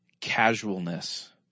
casualness